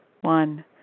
One